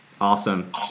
Awesome